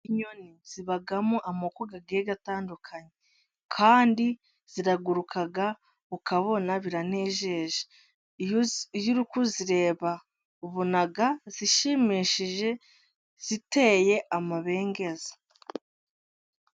Inyoni zibamo amoko agiye atandukanye, kandi ziraguruka ukabona biranejeje. Iyo uri kuzireba, ubona zishimishije ziteye amabengeza.